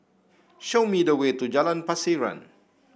show me the way to Jalan Pasiran